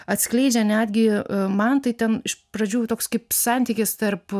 atskleidžia netgi man tai ten iš pradžių toks kaip santykis tarp